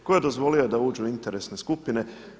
Tko je dozvolio da uđe u interesne skupine?